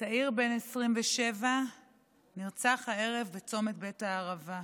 צעיר בן 27 נרצח הערב בצומת בית הערבה,